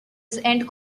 and